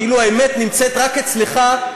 כאילו האמת נמצאת רק אצלך,